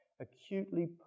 acutely